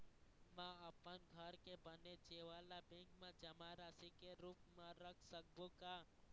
म अपन घर के बने जेवर ला बैंक म जमा राशि के रूप म रख सकबो का?